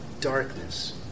darkness